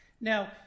Now